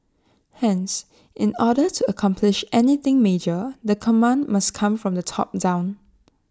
hence in order to accomplish anything major the command must come from the top down